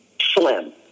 Slim